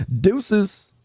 deuces